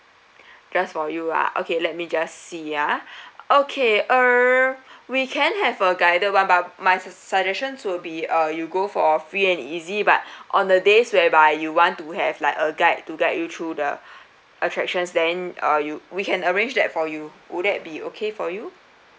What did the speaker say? just for you ah okay let me just see ah okay uh we can have a guided but my suggestions will be uh you go for free and easy but on the days whereby you want to have like a guide to guide you through the attractions then uh you we can arrange that for you would that be okay for you